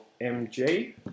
MG